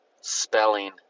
Spelling